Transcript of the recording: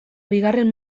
bigarren